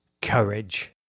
Courage